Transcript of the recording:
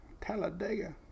Talladega